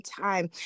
time